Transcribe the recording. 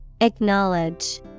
Acknowledge